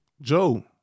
Joe